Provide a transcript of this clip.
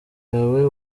yawe